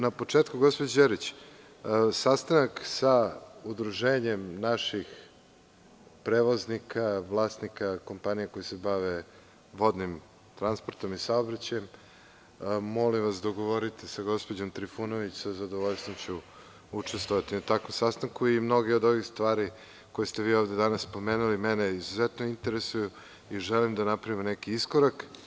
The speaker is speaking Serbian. Na početku, gospođo Đerić, sastanak sa udruženjem naših prevoznika, vlasnika kompanije koji se bave vodnim transportom i saobraćajem, molim vas dogovorite sa gospođom Trifunović, sa zadovoljstvom ću učestvovati na takvom sastanku i mnoge od ovih stvari koje ste vi ovde danas pomenuli, mene izuzetno interesujui želim da napravimo neki iskorak.